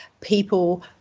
people